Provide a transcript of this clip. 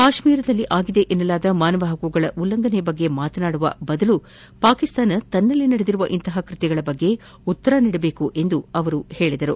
ಕಾಶ್ಮೀರದಲ್ಲಾಗಿದೆ ಎನ್ನಲಾದ ಮಾನವ ಹಕ್ಕುಗಳ ಉಲ್ಲಂಘನೆ ಬಗ್ಗೆ ಮಾತನಾಡುವ ಬದಲು ಪಾಕಿಸ್ತಾನ ತನ್ನಲ್ಲಿ ನಡೆದಿರುವ ಇಂತಹ ಕ್ವತ್ಯಗಳ ಬಗ್ಗೆ ಉತ್ತರ ನೀಡಬೇಕೆಂದು ಅವರು ಹೇಳಿದ್ದಾರೆ